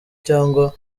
cyangwa